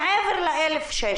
כלומר, זה מעבר ל-1,600.